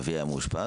כשאבי היה מאושפז,